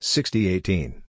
Sixty-eighteen